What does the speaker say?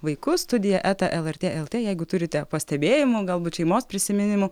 vaikus studija eta el er tė el tė jeigu turite pastebėjimų galbūt šeimos prisiminimų